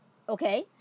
okay